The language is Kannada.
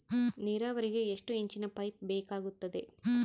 ನೇರಾವರಿಗೆ ಎಷ್ಟು ಇಂಚಿನ ಪೈಪ್ ಬೇಕಾಗುತ್ತದೆ?